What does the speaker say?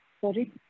Sorry